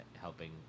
Helping